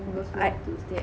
I